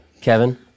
Kevin